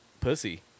pussy